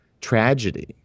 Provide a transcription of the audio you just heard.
tragedy